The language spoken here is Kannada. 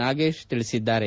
ನಾಗೇಶ್ ಹೇಳಿದ್ದಾರೆ